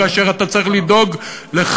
כאשר אתה צריך לדאוג לכך,